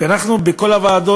ובכל הישיבות